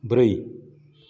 ब्रै